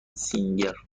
سینگر